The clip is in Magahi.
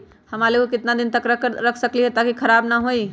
हम आलु को कितना दिन तक घर मे रख सकली ह ताकि खराब न होई?